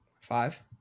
Five